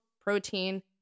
protein